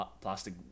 plastic